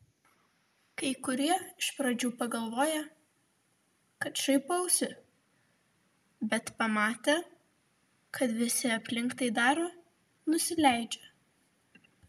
kai kurie iš pradžių pagalvoja kad šaipausi bet pamatę kad visi aplink tai daro nusileidžia